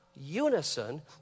unison